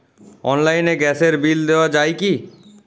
অনলাইনে গ্যাসের বিল দেওয়া যায় কি?